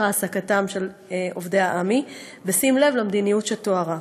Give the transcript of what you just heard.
העסקתם של עובדי עמ"י בשים לב למדיניות שתוארה.